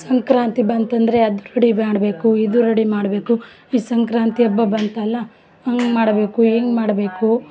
ಸಂಕ್ರಾಂತಿ ಬಂತಂದರೆ ಅದು ರೆಡಿ ಮಾಡಬೇಕು ಇದು ರೆಡಿ ಮಾಡಬೇಕು ಈ ಸಂಕ್ರಾಂತಿ ಹಬ್ಬ ಬಂತಲ್ಲ ಹಂಗ್ ಮಾಡಬೇಕು ಹಿಂಗ್ ಮಾಡಬೇಕು